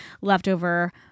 leftover